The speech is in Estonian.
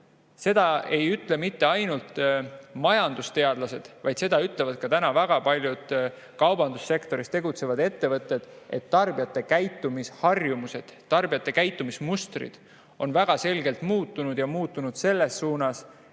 Seda ei ütle mitte ainult majandusteadlased, vaid seda ütlevad ka väga paljud kaubandussektoris tegutsevad ettevõtted, et tarbijate käitumisharjumused ja käitumismustrid on väga selgelt muutunud, need on muutunud selles suunas,